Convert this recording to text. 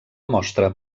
mostra